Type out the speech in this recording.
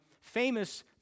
famous